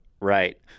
right